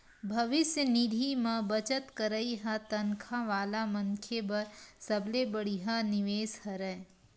भविस्य निधि म बचत करई ह तनखा वाला मनखे बर सबले बड़िहा निवेस हरय